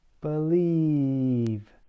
Believe